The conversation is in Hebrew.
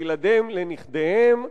לילדיהם ולנכדיהם,